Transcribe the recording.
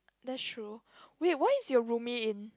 that's true wait why is your roomie in